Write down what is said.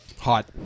hot